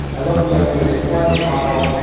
i love the idea of deploying the model,